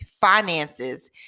finances